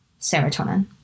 serotonin